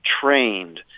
trained